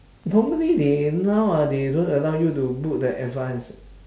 normally they now ah they don't allow you to book the advance